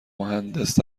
مهندس